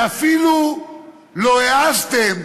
ואפילו לא העזתם,